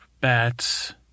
bats